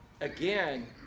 again